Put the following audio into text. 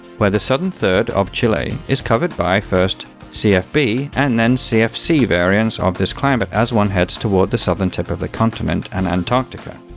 where the southern third of chile is covered by first cfb and then cfc variants of this climate as one heads toward the southern tip of the continent and antarctica.